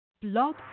blog